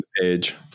page